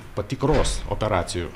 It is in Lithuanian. patikros operacijų